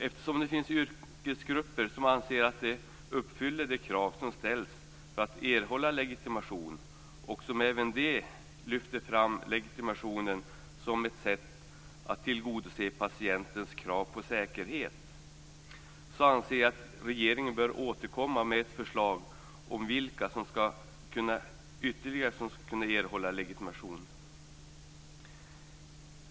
Eftersom det finns yrkesgrupper som anser att de uppfyller de krav som ställs för att erhålla legitimation, och som även de lyfter fram legitimationen som ett sätt att tillgodose patientens krav på säkerhet, anser jag att regeringen bör återkomma med ett förslag om vilka ytterligare som skall kunna erhålla legitimation.